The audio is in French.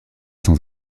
sans